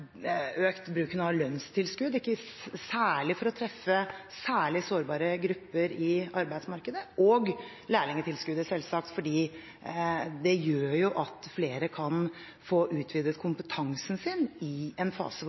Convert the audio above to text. økt bruken av lønnstilskudd – særlig for å treffe særlig sårbare grupper i arbeidsmarkedet og lærlingtilskuddet, selvsagt – fordi det gjør at flere kan få utvidet kompetansen sin i en fase hvor